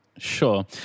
Sure